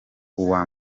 uwa